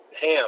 ham